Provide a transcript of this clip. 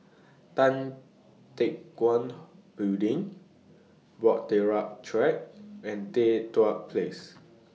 Tan Teck Guan Building Bahtera Track and Tan Place